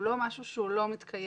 הוא לא משהו שהוא לא מתקיים,